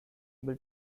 able